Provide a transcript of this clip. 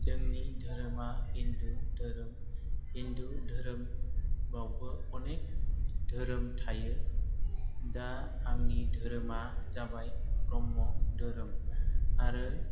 जोंनि धोरोमा हिन्दु धोरोम हिन्दु धोरोमावबो अनेख धोरोम थायो दा आंनि धोरोमा जाबाय ब्रह्म धोरोम आरो